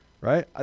right